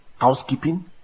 housekeeping